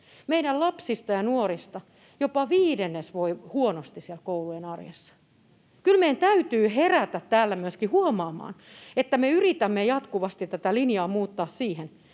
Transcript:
Meidän lapsista ja nuorista jopa viidennes voi huonosti siellä koulujen arjessa. Kyllä meidän täytyy herätä täällä myöskin huomaamaan, että me yritämme jatkuvasti tätä linjaa muuttaa siihen,